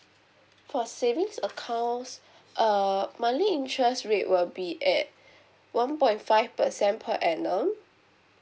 for savings accounts uh monthly interest rate will be at one point five percent per annum